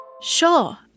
Sure